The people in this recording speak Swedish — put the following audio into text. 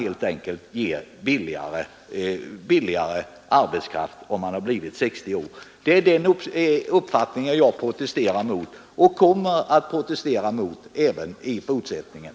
Arbetskraft som blivit över 60 år måste vara billigare än annan, enligt er mening, och det är den uppfattningen jag protesterar emot och kommer att protestera emot i fortsättningen.